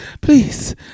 please